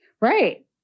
Right